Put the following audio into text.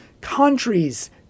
Countries